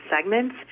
segments